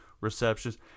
receptions